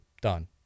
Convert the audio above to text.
done